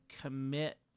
commit